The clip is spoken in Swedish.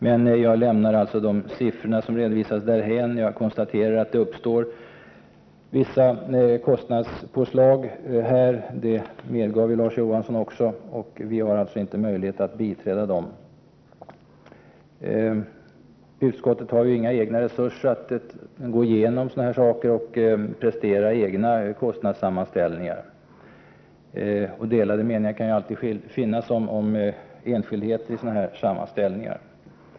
Men jag lämnar alltså siffrorna därhän. Jag konstaterar bara att det uppstår vissa kostnadspåslag — vilket Larz Johansson också medgav — och vi har alltså inte möjlighet att biträda dem. Utskottet har inga egna resurser att prestera egna kostnadssammanställningar, och delade meningar kan alltid finnas om enskildheter i sådana här sammanhang.